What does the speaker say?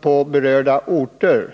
på berörda orter i Värmland.